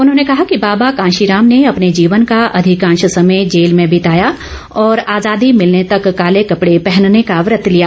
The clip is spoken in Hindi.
उन्होंने कहा कि बाबा कांशीराम ने अपने जीवन का अधिकांश समय जेल में बिताया और आजादी भिलने तक काले कपड़े पहनने का व्रत लिया